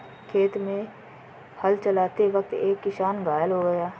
खेत में हल चलाते वक्त एक किसान घायल हो गया